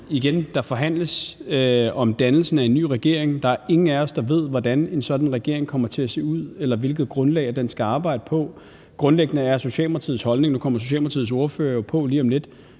at der forhandles om dannelsen af en ny regering. Der er ingen af os, der ved, hvordan en sådan regering kommer til at se ud, eller hvilket grundlag den skal arbejde på. Grundlæggende er Socialdemokratiets holdning – og Socialdemokratiets ordfører kommer jo på lige om lidt